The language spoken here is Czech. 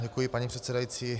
Děkuji, paní předsedající.